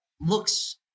looks